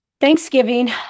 Thanksgiving